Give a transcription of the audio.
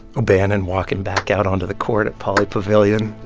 o'bannon walking back out onto the court at pauley pavilion,